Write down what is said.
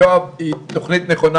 שהציג פה יואב היא תוכנית נכונה,